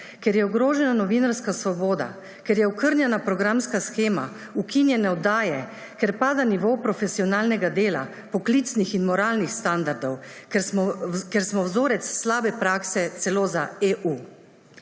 ker je ogrožena novinarska svoboda, ker je okrnjena programska shema, ukinjene oddaje, ker pada nivo profesionalnega dela, poklicnih in moralnih standardov, ker smo vzorec slabe prakse celo za EU.